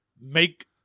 make